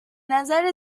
نظر